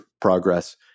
progress